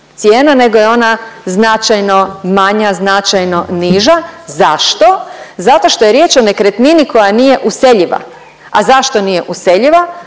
cijena nego je ona značajno manja, značajno niža. Zašto? Zato što je riječ o nekretnini koja nije useljiva. A zašto nije useljiva?